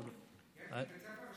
אדוני.